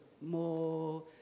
more